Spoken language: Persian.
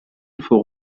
فوق